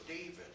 David